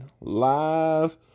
live